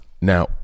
Now